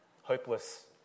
hopeless